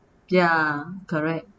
ya correct